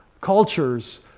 cultures